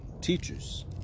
teachers